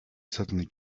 suddenly